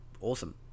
awesome